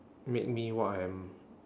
make me what I am